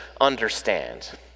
understand